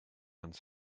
vingt